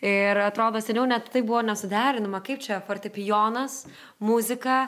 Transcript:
ir atrodo seniau net tai buvo nesuderinama kaip čia fortepijonas muzika